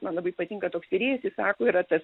man labai patinka toks tyrėjas jis sako yra tas